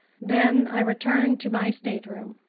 then i returned to my stateroom.